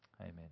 Amen